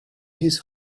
his